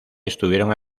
estuvieron